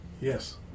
Yes